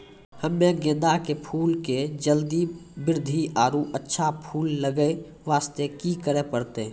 हम्मे गेंदा के फूल के जल्दी बृद्धि आरु अच्छा फूल लगय वास्ते की करे परतै?